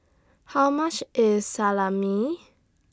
How much IS Salami